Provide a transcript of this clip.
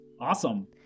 Awesome